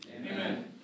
Amen